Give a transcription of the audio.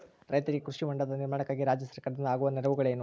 ರೈತರಿಗೆ ಕೃಷಿ ಹೊಂಡದ ನಿರ್ಮಾಣಕ್ಕಾಗಿ ರಾಜ್ಯ ಸರ್ಕಾರದಿಂದ ಆಗುವ ನೆರವುಗಳೇನು?